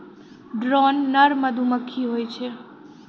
drone नर मधुमक्खी होय छै